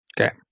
Okay